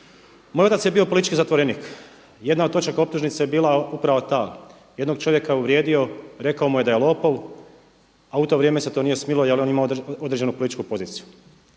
Moj otac je bio politički zatvorenik. Jedna od točaka optužnice je bila upravo ta, jednog čovjeka je uvrijedio, rekao mu je da je lopov a u to vrijeme se to nije smjelo jer je on imao određenu političku poziciju.